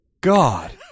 god